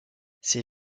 ces